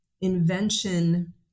invention